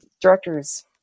directors